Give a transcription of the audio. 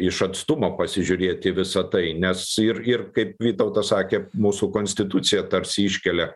iš atstumo pasižiūrėti į visa tai nes ir ir kaip vytautas sakė mūsų konstitucija tarsi iškelia